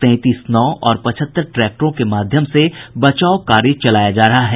तैंतीस नाव और पचहत्तर ट्रैक्टरों के माध्यम से बचाव कार्य चलाया जा रहा है